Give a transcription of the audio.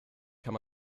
kann